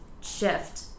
shift